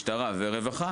משטרה ורווחה